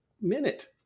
minute